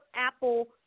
Apple